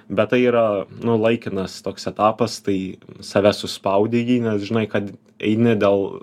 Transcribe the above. bet tai yra nu laikinas toks etapas tai save suspaudi į jį nes žinai kad eini dėl